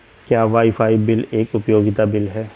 क्या wifi bill एक उपयोगिता बिल है?